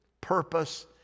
purpose